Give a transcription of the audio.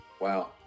Wow